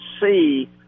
see